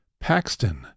Paxton